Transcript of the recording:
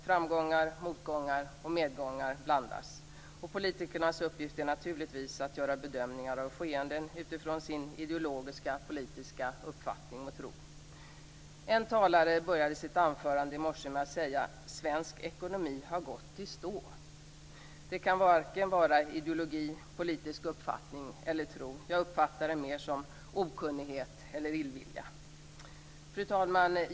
Framgångar, motgångar och medgångar blandas. Politikernas uppgift är naturligtvis att göra bedömningar av skeenden utifrån sin ideologiska och politiska uppfattning och tro. En talare började sitt anförande i morse med att säga: Svensk ekonomi har gått i stå. Det kan varken vara ideologi, politisk uppfattning eller tro. Jag uppfattar det mer som okunnighet eller illvilja. Fru talman!